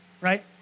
right